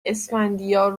اسفندیار